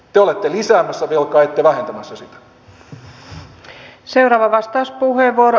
te olette lisäämässä velkaa ette vähentämässä sitä